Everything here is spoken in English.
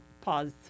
pause